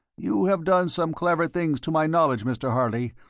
you have done some clever things to my knowledge, mr. harley,